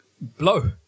blow